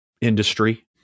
industry